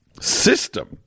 system